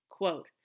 Quote